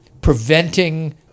preventing